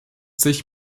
sich